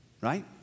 Right